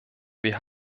wir